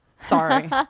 Sorry